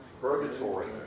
Purgatory